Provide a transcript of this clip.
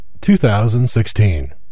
2016